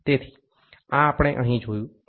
તેથી આ આપણે અહીં જોયું છે